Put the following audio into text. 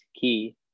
key